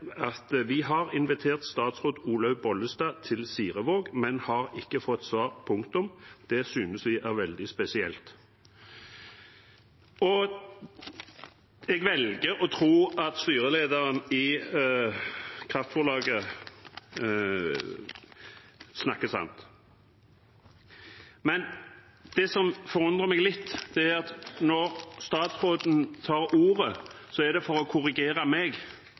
uttaler: «Vi har invitert statsråd Olaug Bollestad til Sirevåg, men har ikke fått svar. Det synes vi er veldig spesielt». Jeg velger å tro at styrelederen i Pelsdyrfôrlaget snakker sant, men det som forundrer meg litt, er at når statsråden tar ordet, er det for å korrigere meg